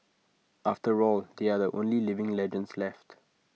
after all they are the only living legends left